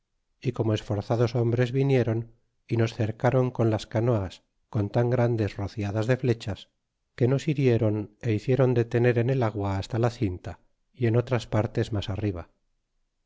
y como esforzados hombres vinieron y nos cercáron con las canoas con tan grandes rociadas de flechas que nos hirieron e hicieron detener en el agua hasta la cinta y en otras partes mas arriba